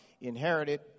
inherited